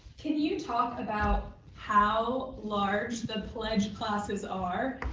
can you talk about how large the pledge classes are,